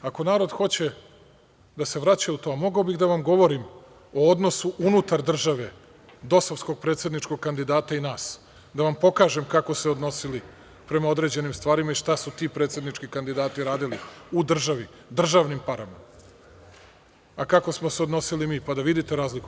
Ako narod hoće da se vraća u to, mogao bih da vam govorim o odnosu unutar države dosovskog predsedničkog kandidata i nas, da vam pokažem kako su se odnosili prema određenim stvarima i šta su ti predsednički kandidati radili u državi državnim parama, a kako smo se odnosili mi, pa da vidite razliku.